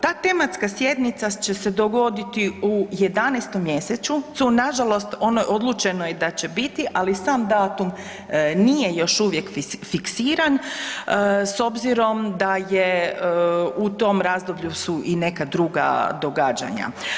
Ta tematska sjednica će se dogoditi u 11. mjesecu, nažalost ono je odlučeno i da će biti, ali sam datum nije još uvijek fiksiran s obzirom da je, u tom razdoblju su i neka druga događanja.